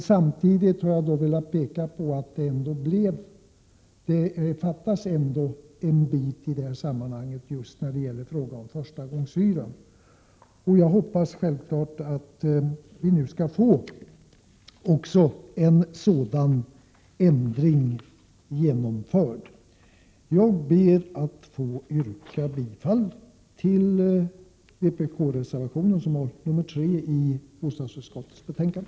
Samtidigt har jag velat framhålla att det ändå fattas något i sammanhanget, nämligen förslag om förstagångshyran. Jag hoppas självfallet att vi nu skall få en sådan ändring genomförd. Jag ber att få yrka bifall till vpk-reservationen i bostadsutskottets betänkande.